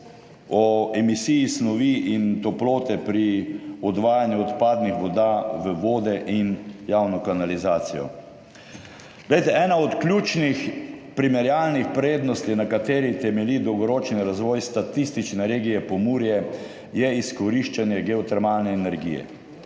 o emisiji snovi in toplote pri odvajanju odpadnih voda v vode in javno kanalizacijo. Glejte ena od ključnih primerjalnih prednosti, na kateri temelji dolgoročni razvoj statistične regije Pomurje je izkoriščanje geotermalne energije.